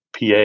PA